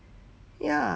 ya